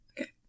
Okay